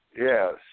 Yes